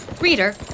Reader